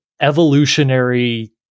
evolutionary